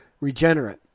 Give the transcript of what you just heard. Regenerate